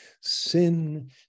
sin